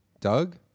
Doug